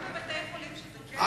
גם בבתי-חולים שזה כן קורה בהם,